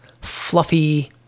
fluffy